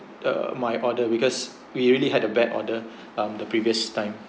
uh my order because we already had a bad order um the previous time